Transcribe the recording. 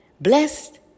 Blessed